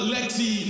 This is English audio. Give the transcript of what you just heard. Lexi